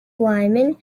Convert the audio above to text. wyman